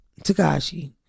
Takashi